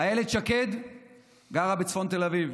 אילת שקד גרה בצפון תל אביב,